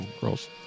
gross